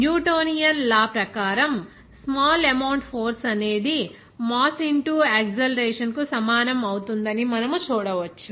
Newtonian law ప్రకారంస్మాల్ amount force అనేది mass into acceleration కు సమానం అవుతుందని మనం చూడవచ్చు